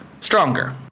stronger